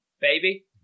baby